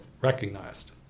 recognized